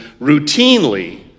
routinely